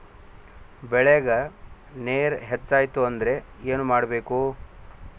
ಬೆಳೇಗ್ ನೇರ ಹೆಚ್ಚಾಯ್ತು ಅಂದ್ರೆ ಏನು ಮಾಡಬೇಕು?